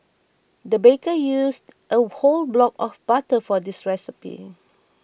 the baker used a whole block of butter for this recipe